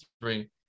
three